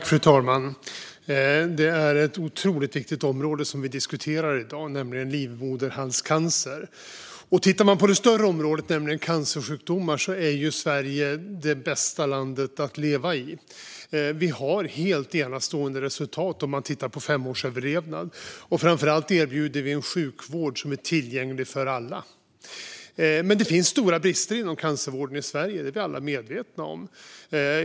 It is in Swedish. Fru talman! Det är ett otroligt viktigt område vi diskuterar i dag, nämligen livmoderhalscancer. Tittar man på det större området cancersjukdomar är Sverige det bästa landet att leva i. Vi har helt enastående resultat när det gäller fem års överlevnad, och framför allt erbjuder vi en sjukvård som är tillgänglig för alla. Men det finns stora brister inom cancervården i Sverige; det är vi alla medvetna om.